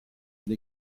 dei